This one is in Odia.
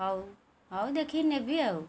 ହଉ ହଉ ଦେଖି ନେବି ଆଉ